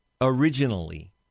originally